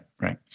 Right